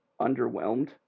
underwhelmed